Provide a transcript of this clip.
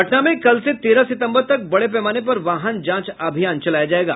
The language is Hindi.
पटना में कल से तेरह सितम्बर तक बड़े पैमाने पर वाहन जांच अभियान चलाया जायेगा